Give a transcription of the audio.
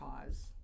cause